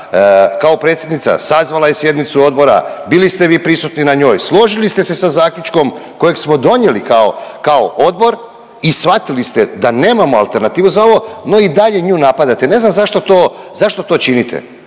kao predsjednica sazvala je sjednicu odbora, bili ste vi prisutni na njoj, složili ste se sa zaključkom kojeg smo donijeli kao, kao odbor i shvatili ste da nemamo alternativu za ovo, no i dalje nju napadate, ne znam zašto to, zašto